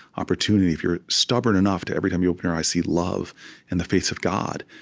opportunity, if you're stubborn enough to, every time you open your eyes, see love and the face of god,